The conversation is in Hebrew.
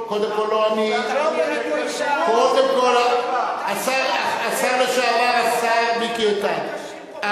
קודם כול, לא אני, השר לשעבר והשר מיקי איתן: